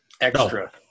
extra